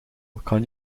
kan